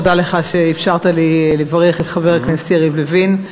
תודה לך על שאפשרת לי לברך את חבר הכנסת יריב לוין,